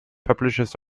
publishes